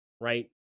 Right